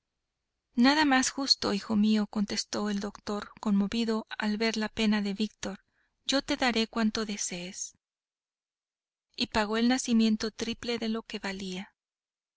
nada más justo hijo mío contestó el doctor conmovido al ver la pena de víctor yo te daré cuanto desees y pagó el nacimiento triple de lo que valía